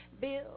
Bill